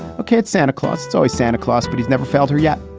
kate santa claus. toy santa claus. but he's never failed her yet.